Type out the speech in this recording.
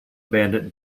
bandit